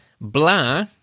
blah